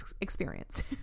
experience